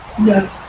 No